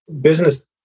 business